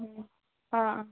ꯎꯝ ꯑꯥꯑꯥ